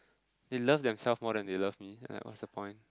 they love themselves more than they love me and like what's the point